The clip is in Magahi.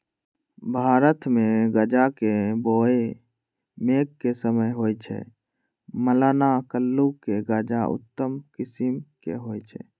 भारतमे गजा के बोआइ मेघ के समय होइ छइ, मलाना कुल्लू के गजा उत्तम किसिम के होइ छइ